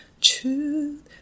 truth